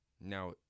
now